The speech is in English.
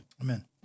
Amen